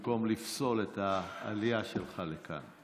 במקום לפסול את העלייה שלך לכאן.